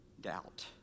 doubt